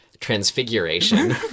Transfiguration